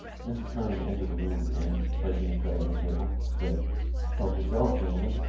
mrs. kernan entered the room and, placing a tray on the table, said help yourselves, gentlemen.